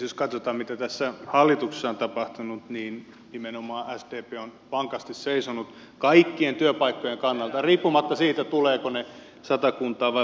jos katsotaan mitä tässä hallituksessa on tapahtunut niin nimenomaan sdp on vankasti seisonut kaikkien työpaikkojen kannalla riippumatta siitä tulevatko ne satakuntaan vai pohjoiseen